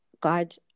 God